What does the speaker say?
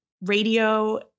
radio